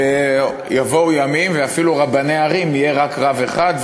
ויבואו ימים ואפילו לערים יהיה רק רב אחד,